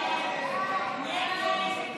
הסתייגות